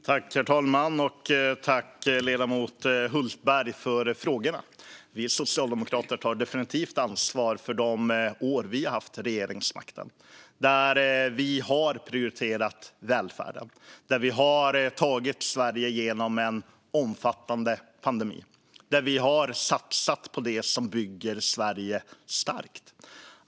Herr talman! Tack, ledamot Hultberg, för frågorna! Vi socialdemokrater tar definitivt ansvar för de år vi har haft regeringsmakten. Vi har prioriterat välfärden, vi har tagit Sverige genom en omfattande pandemi och vi har satsat på det som bygger Sverige starkt.